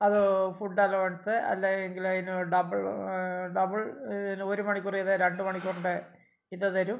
അത് food allowance അല്ലെങ്കിൽ അതിന് ഡബിൾ ഡബിൾ ഒരു മണിക്കൂർ ചെയ്താൽ രണ്ട് മണിക്കൂറിൻ്റെ ഇത് തരും